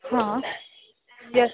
हा यस